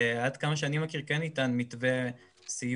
עד כמה שאני מכיר כן ניתן מתווה סיוע